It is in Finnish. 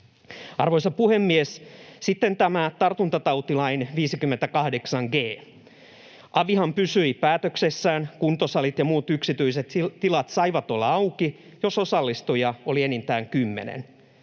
Arvoisa puhemies! Sitten tämä tartuntatautilain 58 g §. Avihan pysyi päätöksessään: kuntosalit ja muut yksityiset tilat saivat olla auki, jos osallistujia oli enintään 10.